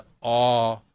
awe